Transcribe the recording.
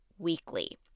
weekly